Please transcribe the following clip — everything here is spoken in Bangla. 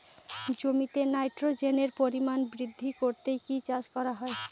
জমিতে নাইট্রোজেনের পরিমাণ বৃদ্ধি করতে কি চাষ করা হয়?